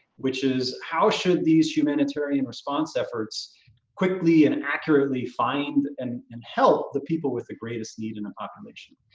which is how should these humanitarian response efforts quickly and accurately find and and help the people with the greatest need in a population?